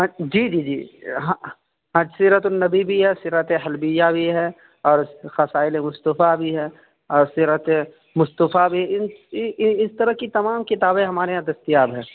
جی جی ہاں ہاں سیرت النبی بھی ہے سیرت حلبیہ بھی ہے اور خصائل مصطفیٰ بھی ہے اور سیرت مصطفیٰ بھی ان اس طرح کی تمام کتابیں ہمارے یہاں دستیاب ہے